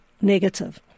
negative